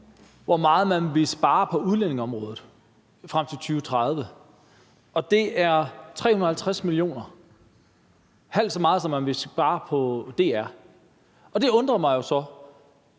hvor meget man vil spare på udlændingeområdet frem til 2030, og det er 350 mio. kr., altså halvt så meget, som man vil spare på DR. Det undrer mig jo så.